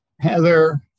Heather